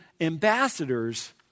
ambassadors